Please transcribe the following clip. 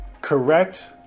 correct